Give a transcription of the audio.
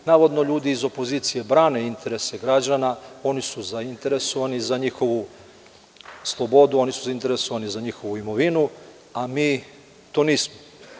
Navodno ljudi iz opozicije brane interese građana, oni su zainteresovani za njihovu slobodu, oni su zainteresovani za njihovu imovinu, a mi to nismo.